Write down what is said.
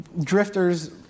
drifters